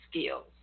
skills